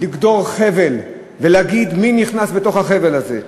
לגדור חבל ולהגיד מי נכנס בתוך החבל הזה.